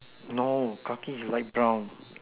no khaki is light brown